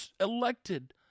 elected